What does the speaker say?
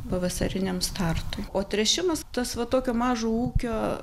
pavasariniam startui o tręšimas tas va tokio mažo ūgio